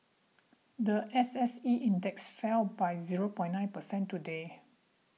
the S S E index fell by zero point nine percent today